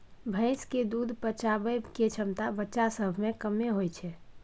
भैंस के दूध पचाबइ के क्षमता बच्चा सब में कम्मे होइ छइ